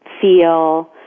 feel